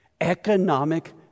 Economic